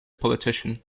politician